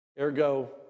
Ergo